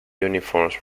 uniforms